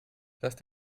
fast